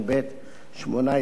18 ביולי,